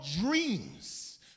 dreams